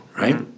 right